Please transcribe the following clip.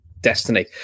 destiny